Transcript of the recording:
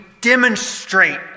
demonstrate